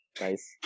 Nice